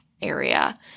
area